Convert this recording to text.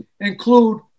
include